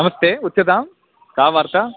नमस्ते उच्यतां का वार्ता